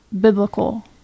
biblical